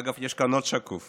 אגב, יש כאן עוד שקוף